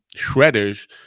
shredders